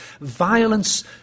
violence